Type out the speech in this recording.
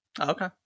okay